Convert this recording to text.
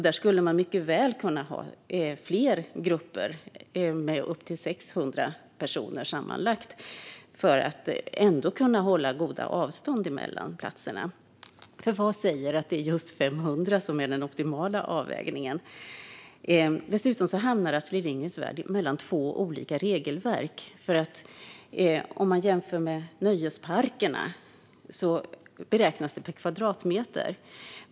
Där skulle man mycket väl kunna ha fler grupper med upp till 600 personer sammanlagt och ändå kunna hålla goda avstånd mellan platserna. För vad säger att det är just 500 som är den optimala avvägningen? Dessutom hamnar Astrid Lindgrens Värld mellan två olika regelverk. Om man jämför med nöjesparkerna görs beräkningen per kvadratmeter.